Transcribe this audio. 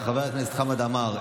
חבר הכנסת חמד עמאר,